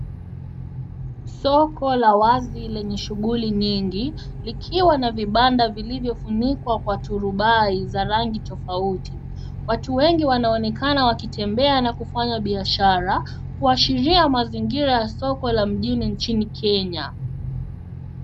Soko la wazi lenye shungili nyingi, likiwa na vibanda vilivyo funikwa kwa turumbai za rangi tofauti. Watu wengi wanaonekana wakitembea na kufanya biashara, washiria ya mazingira ya soko la mnjini inchini Kenya.